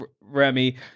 Remy